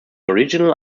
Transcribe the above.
original